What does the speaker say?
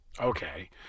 okay